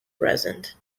present